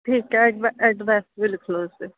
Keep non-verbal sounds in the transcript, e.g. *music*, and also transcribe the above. ਠੀਕ ਹੈ ਐਡਵੇ ਐਡਰੈਸ ਵੀ ਲਿਖ ਲਓ *unintelligible*